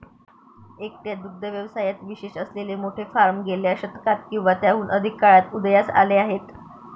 एकट्या दुग्ध व्यवसायात विशेष असलेले मोठे फार्म गेल्या शतकात किंवा त्याहून अधिक काळात उदयास आले आहेत